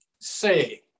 say